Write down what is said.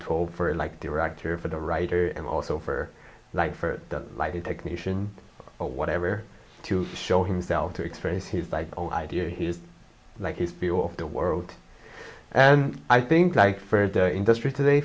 toll for like director for the writer and also for like for like the technician or whatever to show himself to experience he was like oh idea he just like his view of the world and i think like for the industry today